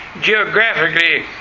geographically